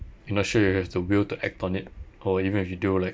you not sure you have the will to act on it or even if you do like